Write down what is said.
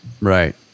Right